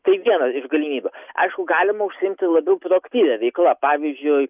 tai vienas iš galimybių aišku galima užsiimti labiau proaktyvia veikla pavyzdžiui